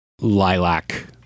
lilac